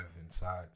inside